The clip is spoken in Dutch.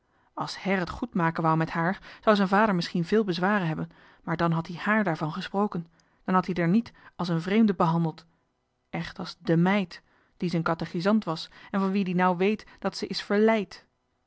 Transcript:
her et goedmaken wou met haar zou z'en vader misschien veel bezwaren hebben maar dan had ie hààr daarvan gesproken dan had ie d'er niet a's een vreemde behandeld echt a's de meid die z'en katechisant was en van wie d ie nou weet dat ze is verleid